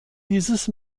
dieses